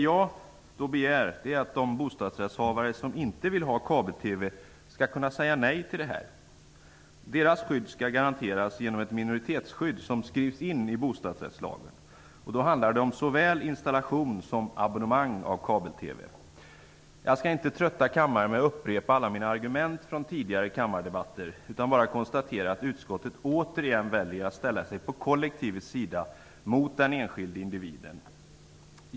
Jag begär att de bostadsrättshavare som inte vill ha kabel-TV skall kunna säga nej. Deras rätt skall garanteras genom ett minoritetsskydd, som skrivs in i bostadsrättslagen. Det handlar om såväl installation av som abonnemang på kabel-TV. Jag skall inte trötta kammaren med att upprepa alla mina argument från tidigare kammardebatter. Jag vill bara konstatera att utskottet återigen väljer att ställa sig på kollektivets sida mot den enskilde individen.